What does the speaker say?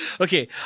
Okay